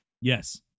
Yes